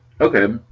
Okay